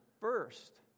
first